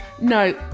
No